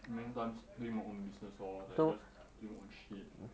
in the meantime do my own business lor then just do my own shit